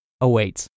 awaits